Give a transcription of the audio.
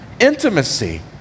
intimacy